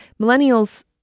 Millennials